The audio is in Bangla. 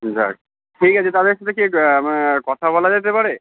যাক ঠিক আছে তাহলে দেখি কথা বলা যেতে পারে